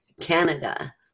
Canada